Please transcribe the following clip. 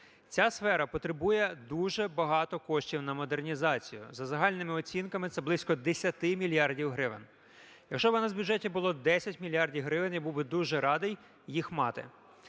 Ця сфера потребує дуже багато коштів на модернізацію. За загальними оцінками це близько 10 мільярдів гривень. Якщо б у нас в бюджеті було 10 мільярдів гривень, я був би дуже радий їх мати.